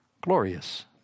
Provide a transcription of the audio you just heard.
glorious